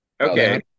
Okay